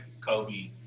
Kobe